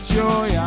joy